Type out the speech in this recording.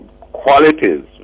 qualities